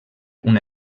una